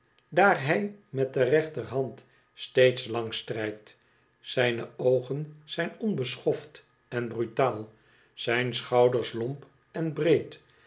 daar hij met de rechterhand steeds langs strijkt ziine oogon zijn onbeschoft en brutaal zijn schouders lomp en breed